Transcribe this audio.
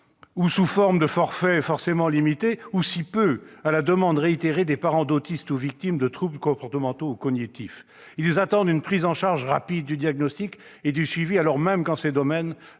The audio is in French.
sous la forme d'un forfait forcément limité -, n'est apportée à la demande réitérée des parents d'enfants autistes ou victimes de troubles comportementaux ou cognitifs. Ils attendent une prise en charge rapide du diagnostic et du suivi, alors même qu'en ces domaines